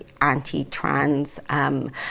anti-trans